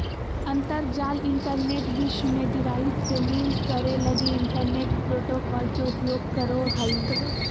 अंतरजाल इंटरनेट विश्व में डिवाइस के लिंक करे लगी इंटरनेट प्रोटोकॉल के उपयोग करो हइ